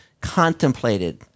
contemplated